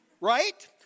Right